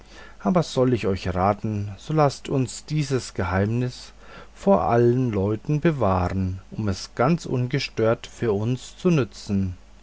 aber soll ich euch raten so laßt uns dies geheimnis vor allen leuten bewahren um es ganz ungestört für uns zu nützen